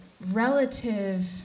relative